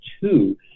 two